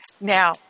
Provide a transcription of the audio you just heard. Now